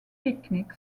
picnic